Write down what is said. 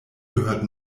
gehört